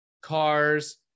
cars